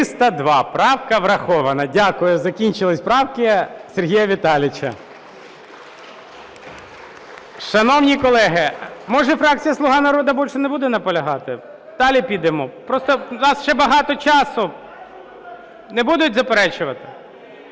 За-302 Правка врахована. Дякую. Закінчилися правки Сергія Віталійовича. Шановні колеги, може, фракція "Слуга народу" більше не буде наполягати, далі підемо? Просто в нас ще багато часу. Не будуть заперечувати?